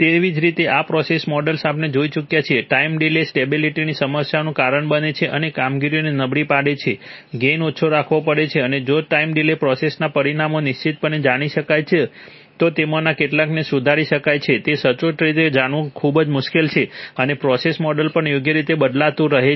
તેવી જ રીતે આ પ્રોસેસ મોડેલ્સ આપણે જોઈ ચૂક્યા છીએ ટાઈમ ડીલે સ્ટેબિલિટીની સમસ્યાઓનું કારણ બને છે અને કામગીરીને નબળી પાડે છે ગેઇન ઓછો રાખવો પડે છે અને જો ટાઈમ ડીલે પ્રોસેસના પરિમાણો નિશ્ચિતપણે જાણી શકાય છે તો તેમાંના કેટલાકને સુધારી શકાય છે તેને સચોટ રીતે જાણવું ખૂબ મુશ્કેલ છે અને પ્રોસેસ મોડેલ પણ યોગ્ય રીતે બદલાતું રહે છે